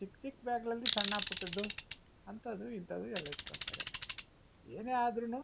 ಚಿಕ್ಕ ಚಿಕ್ಕ ಬ್ಯಾಗ್ಗಳಲ್ಲಿ ಸಣ್ಣಪುಟ್ಟದ್ದು ಅಂಥದ್ದು ಇಂಥದ್ದೂ ಎಲ್ಲ ಇಟ್ಕೊತಾರೆ ಏನೇ ಆದ್ರೂ